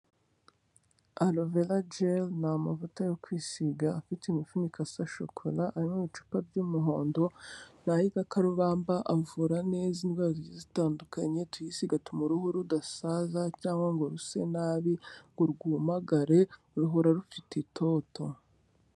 Alvega gear, ni amavuta yo kwisiga afite imifuniko isa shokora, aba ari mu ibicupa by'umuhondo ni ay'igikarubamba, avura neza indwara zigiye zitandukanye, iyo tuyisiga bigatuma uruhu rudasaza cyangwa ngo ruse nabi ngo rwumagare, ruhora rufite itoto.